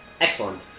Excellent